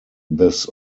this